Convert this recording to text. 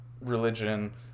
religion